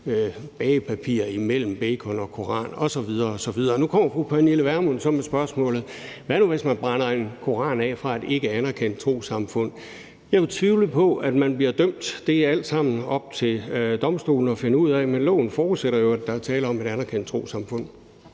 bagepapir mellem baconet og koranen osv. osv. Nu kommer fru Pernille Vermund så med spørgsmålet: Hvad nu, hvis man brænder en koran fra et ikkeanerkendt trossamfund af? Jeg tvivler på, at man vil blive dømt. Det er alt sammen op til domstolene at finde ud af, men loven forudsætter jo, at der er tale om et anerkendt trossamfund.